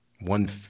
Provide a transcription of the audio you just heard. one